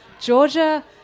Georgia